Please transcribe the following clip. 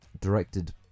directed